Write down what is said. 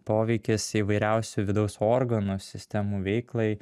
poveikis įvairiausių vidaus organų sistemų veiklai